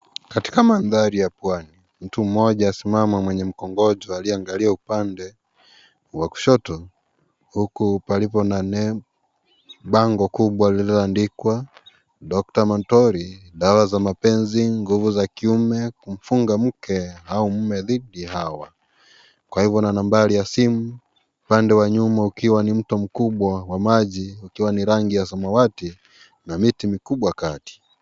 Katika mandhari ya Pwani mtu mmoja amesimama mwenye mkongojo ameangalia upande wa kushoto huku karibu na bango mkubwa ulioandikwa Doctor Montori dawa za mapenzi nguvu za kiume, kufunga mke au mume dhidi hawa. Kwa hivyo nambari ya simu upande wa nyuma ukiwa ni mto mkubwa wa maji ukiwa ni rangi ya samawati na miti mikubwa kati.